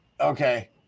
Okay